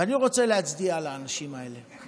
ואני רוצה להצדיע לאנשים האלה.